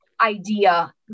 idea